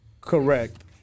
Correct